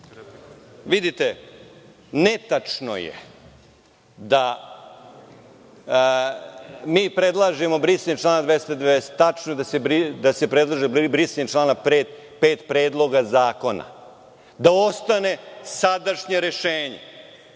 govoriti. Netačno je da mi predlažemo brisanje člana 290. Tačno je da se predlaže brisanje člana 5. Predloga zakona, da ostane sadašnje rešenje,